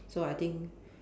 so I think